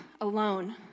alone